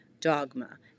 dogma